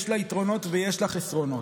יש לה יתרונות ויש לה חסרונות.